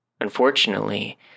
Unfortunately